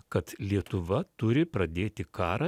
kad lietuva turi pradėti karą